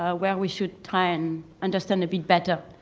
ah where we should try and understand a bit better.